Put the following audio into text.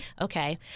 okay